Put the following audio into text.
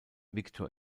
victor